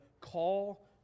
call